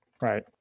Right